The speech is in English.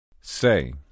Say